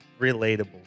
Relatable